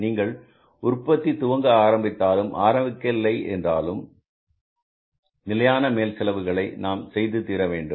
நீங்கள் உற்பத்தி துவங்க ஆரம்பித்தாலும் ஆரம்பிக்கவில்லை என்றாலும் நிலையான மேல்நிலை செலவுகளை நாம் செய்து தீரவேண்டும்